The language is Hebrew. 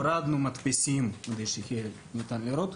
הורדנו מדפיסים כדי שיהיה ניתן לראות.